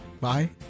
bye